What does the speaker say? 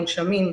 המונשמים,